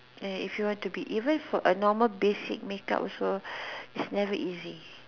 and if you want to be even for a normal basic makeup also it's never easy